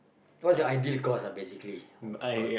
what's your ideal course lah basically [oh]-my-god